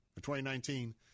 2019